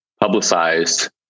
publicized